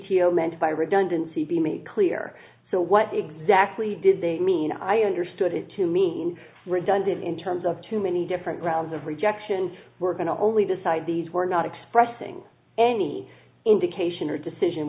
t o meant by redundancy be made clear so what exactly did they mean i understood it to mean redundant in terms of too many different rounds of rejections were going to only decide these were not expressing any indication her decision